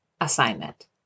assignment